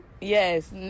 yes